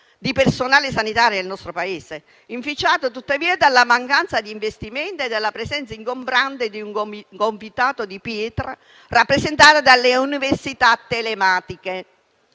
di personale sanitario del nostro Paese, inficiata tuttavia dalla mancanza di investimenti e dalla presenza ingombrante di un convitato di pietra, rappresentato dalle università telematiche.